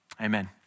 Amen